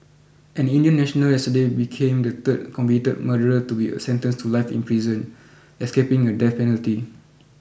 an Indian national yesterday became the third convicted murderer to be sentenced to life in prison escaping a death penalty